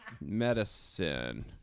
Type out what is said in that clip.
medicine